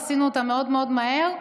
עשינו אותה מאוד מאוד מהר.